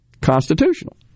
constitutional